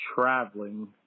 traveling